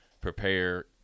Prepare